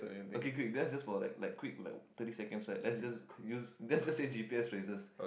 okay quick let's just for like like quick like thirty seconds right let's just use let's just say g_p_s raises